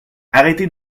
arrêtez